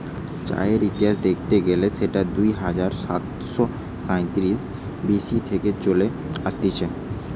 চায়ের ইতিহাস দেখতে গেলে সেটা দুই হাজার সাতশ সাইতিরিশ বি.সি থেকে চলে আসতিছে